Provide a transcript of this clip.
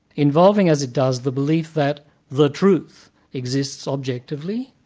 involving as it does, the belief that the truth exists objectively,